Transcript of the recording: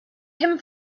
him